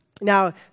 Now